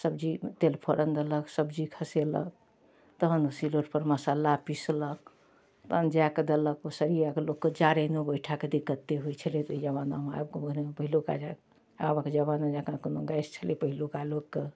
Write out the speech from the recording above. सबजी तेल फोरन देलक सबजी खसेलक तहन सिलौठपर मसल्ला पिसलक तहन जाके देलक सरिआके लोककेँ जारैनो गोइठाके दिक्कते होइ छलै ओहि जमानामे आब कोनो ओहन पहिलुका जे आबके जमाना जकाँ कोनो गैस छलै पहिलुका लोककेँ